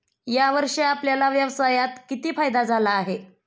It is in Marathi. या वर्षी आपल्याला व्यवसायात किती फायदा झाला आहे?